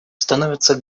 становятся